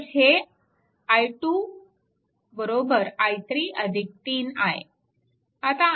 तर हे i2 i3 3 I